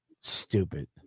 Stupid